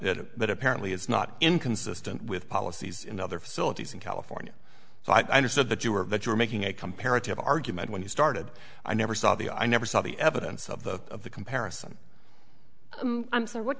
that apparently is not inconsistent with policies in other facilities in california so i understood that you were that you're making a comparative argument when you started i never saw the i never saw the evidence of the comparison so what